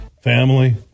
family